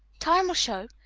time will show.